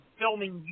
filming